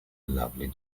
lovely